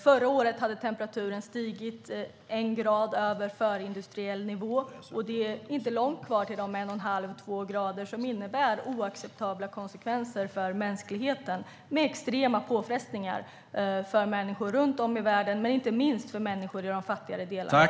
Förra året hade temperaturen stigit en grad över förindustriell nivå, och det är inte långt kvar till de en och en halv till två grader som innebär oacceptabla konsekvenser för mänskligheten med extrema påfrestningar för människor runt om i världen, men inte minst för människor i de fattigare delarna.